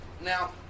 Now